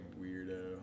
weirdo